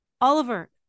Oliver